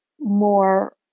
more